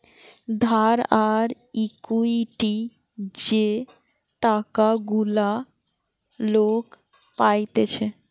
ধার আর ইকুইটি যে টাকা গুলা লোক পাইতেছে